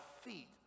feet